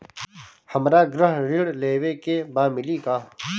हमरा गृह ऋण लेवे के बा मिली का?